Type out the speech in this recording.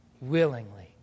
willingly